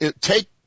Take